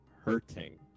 hurting